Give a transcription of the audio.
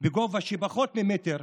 בגובה של פחות ממטר,